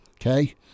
okay